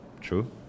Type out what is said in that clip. True